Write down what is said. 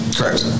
Correct